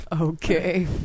Okay